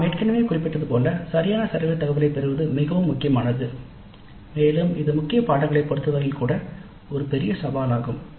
நாம் ஏற்கனவே குறிப்பிட்டது போல சரியான சர்வே தகவலைப் பெறுவது மிகவும் முக்கியமானது மேலும் இது முக்கிய பாடநெறிகளைப் பொறுத்தவரையில் கூட ஒரு பெரிய சவாலாகும்